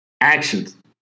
Actions